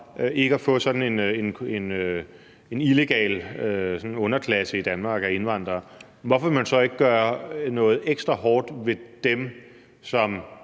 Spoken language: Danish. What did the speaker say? ikke at få sådan en illegal underklasse af indvandrere i Danmark, hvorfor vil man så ikke gøre noget ekstra hårdt ved dem, som